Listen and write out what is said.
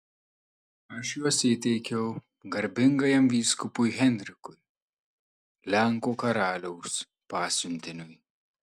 aš juos įteikiau garbingajam vyskupui henrikui lenkų karaliaus pasiuntiniui